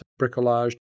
bricolage